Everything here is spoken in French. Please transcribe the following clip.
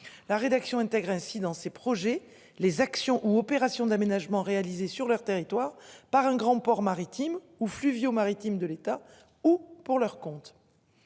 La rédaction intègre ainsi dans ses projets. Les actions ou opération d'aménagement réalisés sur leur territoire par un grand ports maritimes ou fluviaux maritimes de l'État ou pour leur compte.